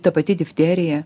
ta pati difterija